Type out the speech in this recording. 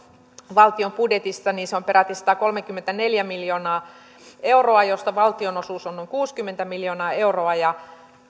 valtion budjetissa niin se on peräti satakolmekymmentäneljä miljoonaa euroa josta valtionosuus on noin kuusikymmentä miljoonaa euroa ja